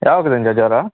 ಯಾವಾಗದಿಂದ ಜ್ವರ